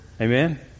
amen